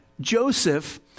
Joseph